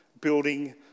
building